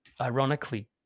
ironically